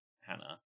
Hannah